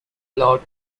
lot